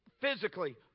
physically